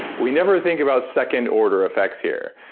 we never think about second-order effects here.